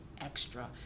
extra